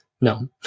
No